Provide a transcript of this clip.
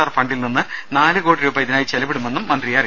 R ഫണ്ടിൽ നിന്നും നാലു കോടി രൂപ ഇതിനായി ചെലവിടുമെന്നും മന്ത്രി അറിയിച്ചു